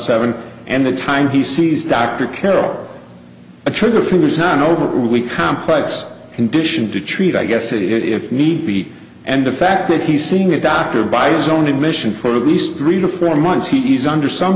seven and the time he sees dr carroll the trigger finger is not over we complex condition to treat i guess if need be and the fact that he's seeing a doctor by his own admission for these three to four months he's under some